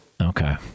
Okay